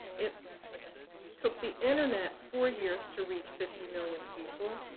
it took the internet four years to reach fifty million people,